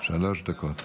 שלוש דקות.